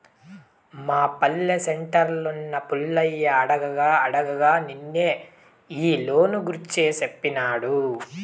మా పల్లె సెంటర్లున్న పుల్లయ్య అడగ్గా అడగ్గా నిన్నే ఈ లోను గూర్చి సేప్పినాడు